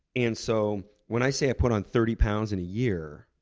and so, when i say i put on thirty pounds in a year,